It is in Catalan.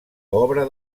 obra